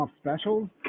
specials